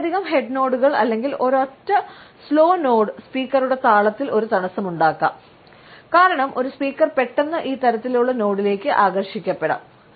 ഒന്നിലധികം ഹെഡ് നോഡുകൾ അല്ലെങ്കിൽ ഒരൊറ്റ സ്ലോ നോഡ് സ്പീക്കറുടെ താളത്തിൽ ഒരു തടസ്സമുണ്ടാക്കാം കാരണം ഒരു സ്പീക്കർ പെട്ടെന്ന് ഈ തരത്തിലുള്ള നോഡിലേക്ക് ആകർഷിക്കപ്പെടാം